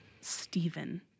Stephen